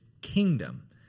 kingdom